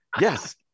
Yes